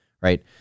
right